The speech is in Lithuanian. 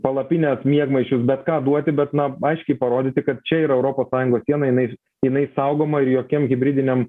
palapines miegmaišius bet ką duoti bet na aiškiai parodyti kad čia yra europos sąjungos siena jinai jinai saugoma ir jokiem hibridiniam